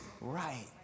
right